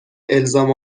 الزام